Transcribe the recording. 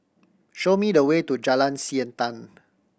show me the way to Jalan Siantan